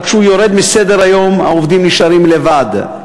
אבל כשהוא יורד מסדר-היום העובדים נשארים לבד.